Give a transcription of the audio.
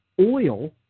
oil